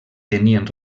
tenien